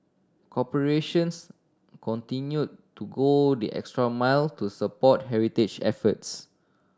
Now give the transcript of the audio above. corporations continued to go the extra mile to support heritage efforts